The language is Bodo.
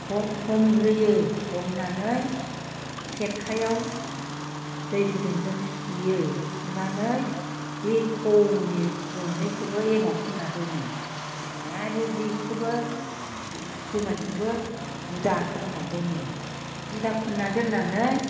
हमग्रोयो हमनानै खेरखायाव दै गुदुंजों सुयो सुनानै बे थौनि रन्दैखौबो एमाव फोनना दोनो आरो बेखोबो जुमाइखोबो जुदा फोननानै दोनो जुदा फोनना दोननानै